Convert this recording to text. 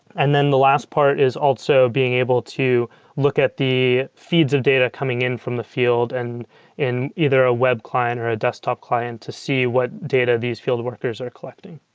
and then the last part is also being able to look at the feeds of data coming in from the field and in either a web client or a desktop client to see what data these field workers are collecting